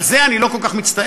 על זה אני לא כל כך מצטער,